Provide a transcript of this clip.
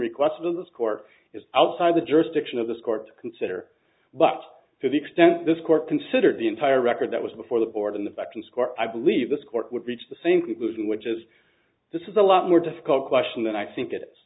requested of this court is outside the jurisdiction of this court to consider bucked to the extent this court considered the entire record that was before the board in the back to square i believe this court would reach the same conclusion which is this is a lot more difficult question than i think it is